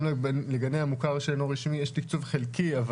גם לגני המוכר שאינו רשמי יש תקצוב חלקי.